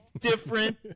different